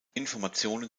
informationen